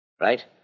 Right